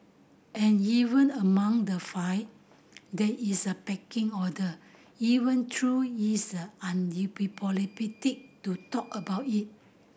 and even among the five there is a pecking order even though is undiplomatic to talk about it